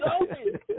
open